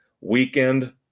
weekend